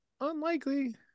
unlikely